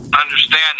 understand